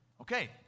Okay